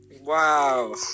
Wow